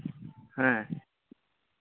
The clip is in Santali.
ᱦᱮᱸ